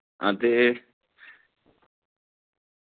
हां ते